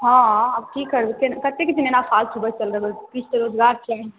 हँ आब की करबै केँ कतेक दिन एना फालतू बैसल रहबै किछु तऽ रोजगार चाही